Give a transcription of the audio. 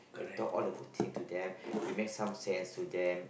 you talk all the good thing to them we make some sense to them